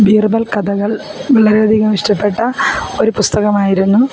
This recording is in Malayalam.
ബീര്ബല് കഥകള് വളരെയധികം ഇഷ്ടപ്പെട്ട ഒരു പുസ്തകമായിരുന്നു